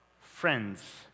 friends